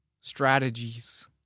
strategies